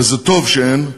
וטוב שאין: